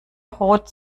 rot